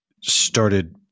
started